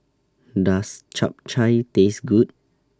Does Chap Chai Taste Good